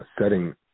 setting